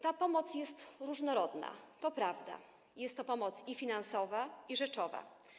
Ta pomoc jest różnorodna, to prawda, jest to pomoc i finansowa, i rzeczowa.